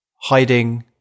hiding